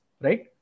right